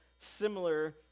similar